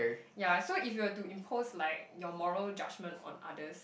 yeah so if you were to impose like your moral judgement on others